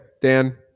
Dan